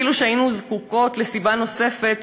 כאילו שהיינו זקוקות לסיבה נוספת